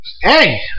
Hey